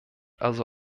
also